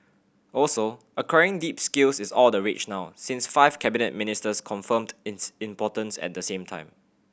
also acquiring deep skills is all the rage now since five cabinet ministers confirmed its importance at the same time